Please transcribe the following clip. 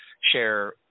share